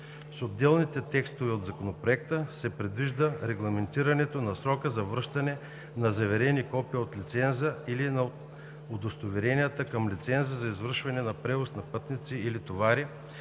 С отделни текстове от Законопроекта се предвижда регламентирането на срока за връщането на заверените копия от лиценза или на удостоверенията към лиценза за извършване на превоз на пътници или товари